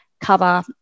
cover